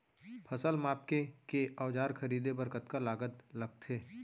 फसल मापके के औज़ार खरीदे बर कतका लागत लगथे?